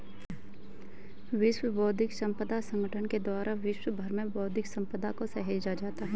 विश्व बौद्धिक संपदा संगठन के द्वारा विश्व भर में बौद्धिक सम्पदा को सहेजा जाता है